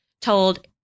told